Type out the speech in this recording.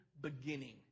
beginning